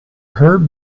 herb